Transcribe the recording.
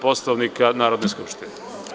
Poslovnika Narodne skupštine.